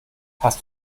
hast